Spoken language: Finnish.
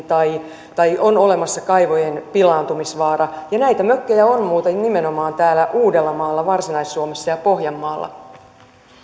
tai tai on olemassa kaivojen pilaantumisvaara ja näitä mökkejä on muuten nimenomaan täällä uudellamaalla varsinais suomessa ja pohjanmaalla